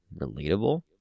relatable